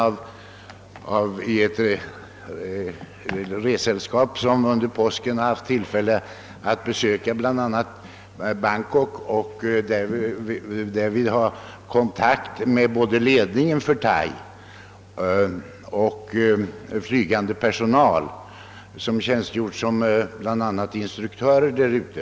Som deltagare i ett ressällskap hade jag under påsken tillfälle att bl.a. besöka Bangkok och hade därvid kontakt med både Thais ledning och flygande personal som tjänstgjort som bl, a. instruktörer därute.